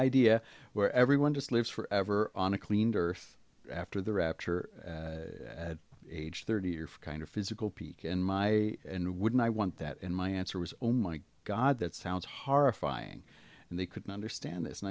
idea where everyone just lives forever on a cleaned earth after the rapture at age thirty your kind of physical peak and my and wouldn't i want that and my answer was oh my god that sounds horrifying and they couldn't understand this and